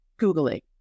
Googling